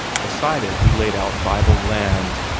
beside it he laid out bible lands,